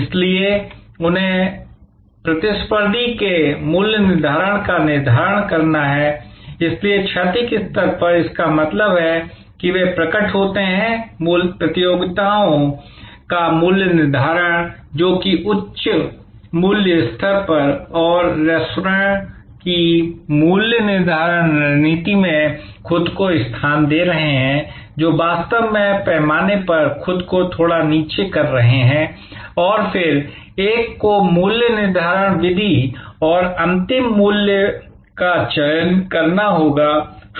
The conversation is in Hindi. इसलिए उन्हें इसलिए प्रतिस्पर्धी के मूल्य निर्धारण का निर्धारण करना है इसलिए क्षैतिज स्तर पर इसका मतलब है कि वे प्रकट होते हैं प्रतियोगियों का मूल्य निर्धारण जो कि उच्च मूल्य स्तर पर और रेस्तरां की मूल्य निर्धारण रणनीति में खुद को स्थान दे रहे हैं जो वास्तव में पैमाने पर खुद को थोड़ा नीचे कर रहे हैं और फिर एक को मूल्य निर्धारण विधि और अंतिम मूल्य का चयन करना होगा